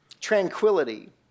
tranquility